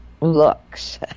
looks